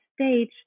stage